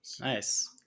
nice